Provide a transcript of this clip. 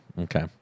Okay